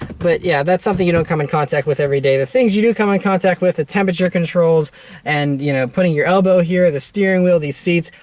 but, yeah. that's something you don't come in contact with every day. the things you do come in contact with, the temperature controls and, you know, putting your elbow here, the steering wheel, these seats,